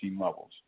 levels